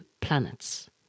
planets